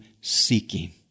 seeking